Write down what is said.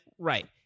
Right